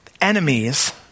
enemies